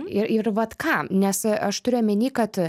ir ir vat ką nes aš turiu omeny kad